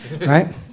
right